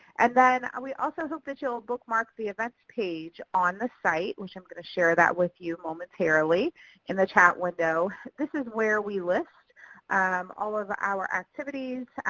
and then we also hope that you'll bookmark the events page on the site, which i'm going to share that with you momentarily in the chat window. this is where we list all of our activities,